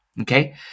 okay